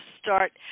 start